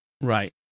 Right